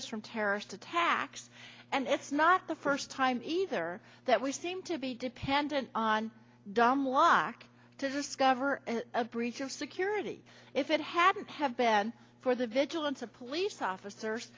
us from terrorist attacks and it's not the first time either that we seem to be dependent on dumb luck to discover a breach of security if it hadn't have been for the vigilance of police officers